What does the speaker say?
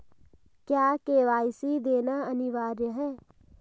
क्या के.वाई.सी देना अनिवार्य है?